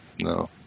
no